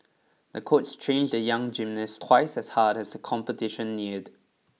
the coach trained the young gymnast twice as hard as the competition neared